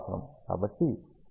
కాబట్టి ఇప్పుడు ప్రారంభిద్దాం